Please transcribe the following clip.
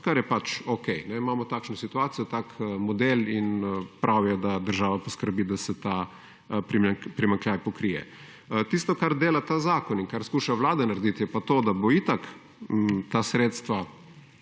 kar je pač okej, imamo takšno situacijo, tak model in prav je, da država poskrbi, da se ta primanjkljaj pokrije. Tisto kar dela ta zakon in kar skuša Vlada narediti je pa to, da bo itak ta sredstva